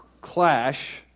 clash